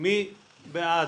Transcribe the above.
מי בעד?